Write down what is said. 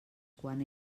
quan